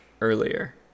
earlier